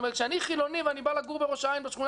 כשאני חילוני ואני בא לגור בשכונה